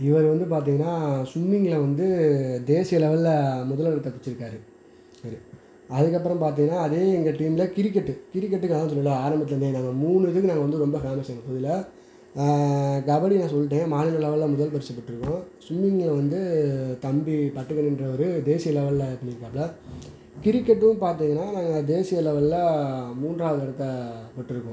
இவர் வந்து பார்த்தீங்கனா ஸ்விம்மிங்கில வந்து தேசிய லெவலில் முதலிடத்தை பிடிச்சிருக்காரு இவர் அதுக்கு அப்புறோம் பார்த்தீங்கனா அதே எங்கள் டீம்மில் கிரிக்கெட்டு கிரிக்கெட்டுக்கு அதான் சொன்னல ஆரம்பத்துலருந்தே நாங்கள் மூணு இதுக்கு நாங்கள் வந்து ரொம்ப ஃபேமஸு எதில் கபடி நான் சொல்லிட்டேன் மாநில லெவலில் முதல் பரிசு பெற்று இருக்கோம் ஸ்விம்மிங் வந்து தம்பி பட்டுக்கிளின்றவர் தேசிய லெவலில் பண்ணிருக்காப்ல கிரிக்கெட்டு பார்த்தீங்கனா நாங்கள் தேசிய லெவலில் மூன்றாவது இடத்த பெற்று இருக்கோம்